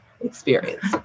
experience